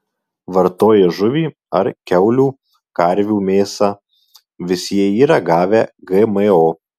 vartoji žuvį ar kiaulių karvių mėsą visi jie yra gavę gmo